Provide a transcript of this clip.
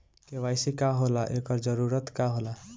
KYC का होला एकर जरूरत का होला?